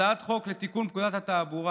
הצעת חוק לתיקון פקודת התעבורה,